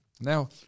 Now